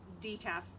decaf